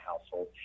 household